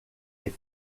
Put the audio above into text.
est